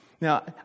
Now